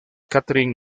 katherine